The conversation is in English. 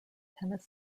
tennis